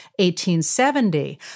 1870